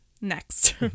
next